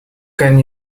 can